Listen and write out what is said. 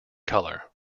colour